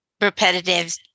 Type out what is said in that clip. repetitive